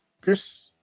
Chris